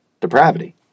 depravity